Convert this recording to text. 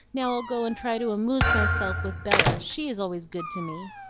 now i'll go and try to amoose myself with bella she is always good to me.